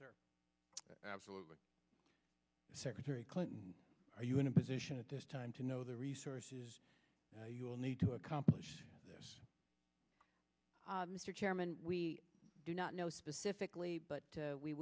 or absolutely secretary clinton are you in a position at this time to know the resources you will need to accomplish this mr chairman we do not know specifically but